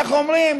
איך אומרים,